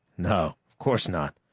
no, of course not.